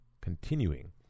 continuing